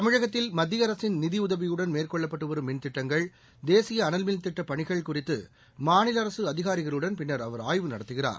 தமிழகத்தில் மத்திய அரசின் நிதியுதவியுடன் மேற்கொள்ளப்பட்டு வரும் மின்திட்டங்கள் தேசிய அனல்மின் திட்டப் பணிகள் குறித்து மாநில அரசு அதிகாரிகளுடன் பின்னர் அவர் ஆய்வு நடத்துகிறார்